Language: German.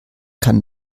kann